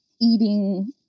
eating